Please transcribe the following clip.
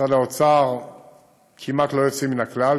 במשרד האוצר כמעט אין יוצאים מן הכלל,